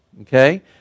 okay